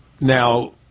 Now